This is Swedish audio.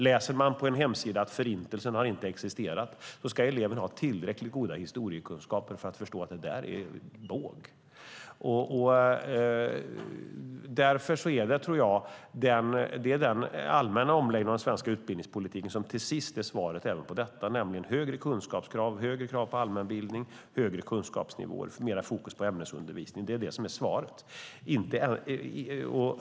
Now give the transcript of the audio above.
Läser eleven på en hemsida att Förintelsen inte har existerat ska han eller hon ha tillräckligt goda historiekunskaper för att förstå att det är båg. Det är därför jag tror att det är den allmänna omläggningen av svensk utbildningspolitik som till sist är svaret även på detta, nämligen högre kunskapskrav, högre krav på allmänbildning, högre kunskapsnivåer och mer fokus på ämnesundervisning. Det är det som är svaret.